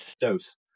dose